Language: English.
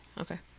Okay